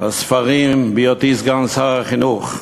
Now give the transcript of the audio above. הספרים בהיותי סגן שר החינוך.